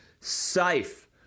safe